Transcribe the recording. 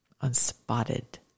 Unspotted